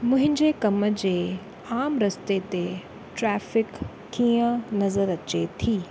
मुंहिंजे कम जे आम रस्ते ते ट्रेफिक कीअं नज़रि अचे थी